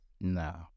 No